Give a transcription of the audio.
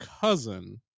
cousin